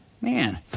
Man